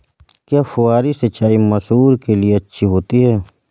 क्या फुहारी सिंचाई मसूर के लिए अच्छी होती है?